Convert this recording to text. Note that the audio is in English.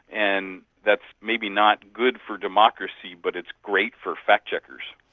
and that's maybe not good for democracy but it's great for fact-checkers.